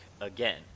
again